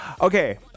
Okay